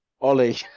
ollie